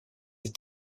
est